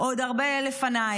עוד הרבה לפניי,